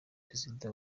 perezida